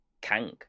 Kang